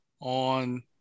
on